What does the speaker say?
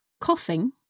coughing